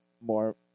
more